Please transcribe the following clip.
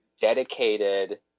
dedicated